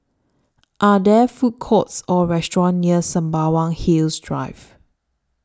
Are There Food Courts Or restaurants near Sembawang Hills Drive